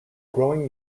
growing